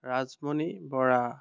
Rajmani Bora